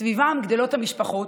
סביבם גדלות המשפחות,